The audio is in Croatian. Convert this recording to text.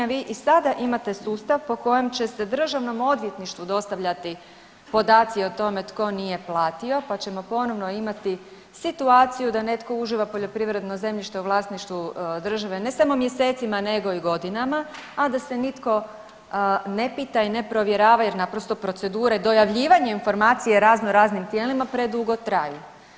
Vi i sada imate sustav po kojem će se Državnom odvjetništvu dostavljati podaci o tome tko nije platio, pa ćemo ponovno imati situaciju da netko uživa poljoprivredno zemljište u vlasništvu države ne samo mjesecima nego i godinama a da se nitko ne pita i ne provjerava jer naprosto procedure dojavljivanjem informacije razno raznim tijelima predugo traju.